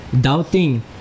doubting